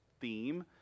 theme